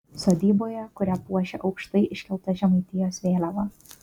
sodyboje kurią puošia aukštai iškelta žemaitijos vėliava